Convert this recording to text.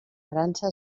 frança